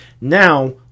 Now